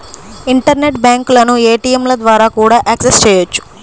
internet బ్యాంకులను ఏటీయంల ద్వారా కూడా యాక్సెస్ చెయ్యొచ్చు